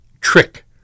trick